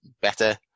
better